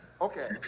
okay